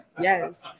Yes